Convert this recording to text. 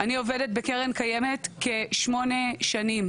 אני עובדת בקרן קיימת כשמונה שנים.